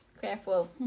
careful